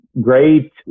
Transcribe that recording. great